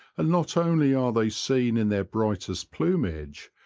and not only are they seen in their brightest plumage,